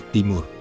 Timur